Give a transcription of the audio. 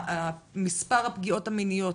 מספר הפגיעות המיניות,